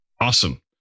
Awesome